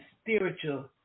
spiritual